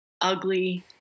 ugly